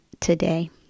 today